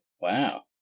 Wow